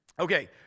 Okay